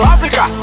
Africa